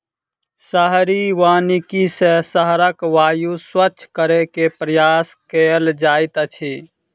शहरी वानिकी सॅ शहरक वायु स्वच्छ करै के प्रयास कएल जाइत अछि